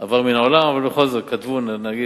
עבר מן העולם, אבל בכל זאת, כתבו ונגיד,